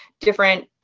different